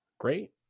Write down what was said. Great